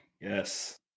Yes